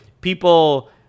people